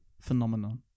phenomenon